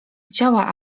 chciała